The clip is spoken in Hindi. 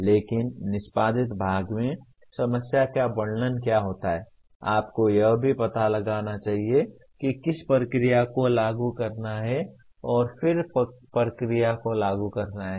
लेकिन निष्पादित भाग में समस्या का वर्णन क्या होता है आपको यह भी पता लगाना चाहिए कि किस प्रक्रिया को लागू करना है और फिर प्रक्रिया को लागू करना है